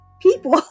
people